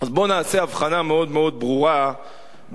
אז בואו נעשה הבחנה מאוד מאוד ברורה בין